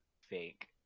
fake